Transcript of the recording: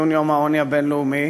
לציון יום העוני הבין-לאומי,